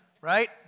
Right